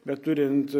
bet turint